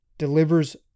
delivers